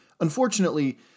Unfortunately